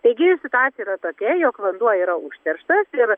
taigi situacija yra tokia jog vanduo yra užterštas ir